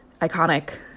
iconic